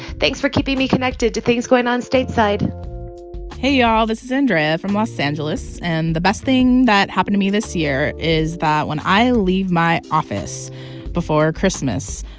thanks for keeping me connected to things going on stateside hey, y'all. this is andrea from los angeles. and the best thing that happened to me this year is that when i leave my office before christmas,